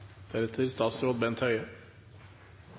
til statsråd Høie,